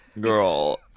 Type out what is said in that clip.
Girl